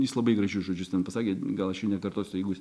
jis labai gražiu žodžius ten pasakė gal aš jo netraktuosiu